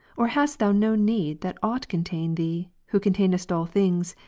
or hast thou no need that aught contain thee, who containest all things,